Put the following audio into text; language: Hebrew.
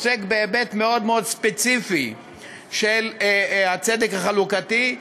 עוסק בהיבט מאוד מאוד ספציפי של הצדק החלוקתי,